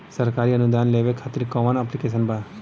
सरकारी अनुदान लेबे खातिर कवन ऐप्लिकेशन बा?